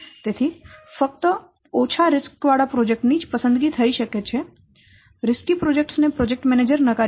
તેથી ફક્ત ઓછા જોખમવાળા પ્રોજેક્ટ્સ ની જ પસંદગી થઈ શકે છે જોખમી પ્રોજેક્ટ્સ ને પ્રોજેક્ટ મેનેજર નકારી કાઢે છે